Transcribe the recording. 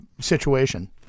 situation